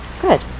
Good